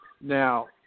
Now